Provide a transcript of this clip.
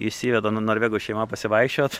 išsiveda norvegų šeima pasivaikščiot